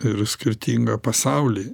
ir skirtingą pasaulį